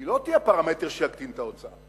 זה לא יהיה פרמטר שיקטין את ההוצאה.